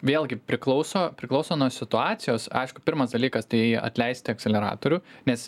vėlgi priklauso priklauso nuo situacijos aišku pirmas dalykas tai atleisti akseleratorių nes